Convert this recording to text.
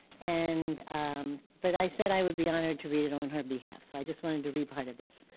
and um but i said i would be honored to read it on her behalf. so i just wanted to read part of this.